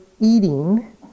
eating